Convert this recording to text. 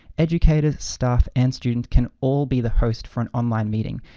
educators, staff, and students can all be the host for an online meeting.